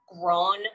grown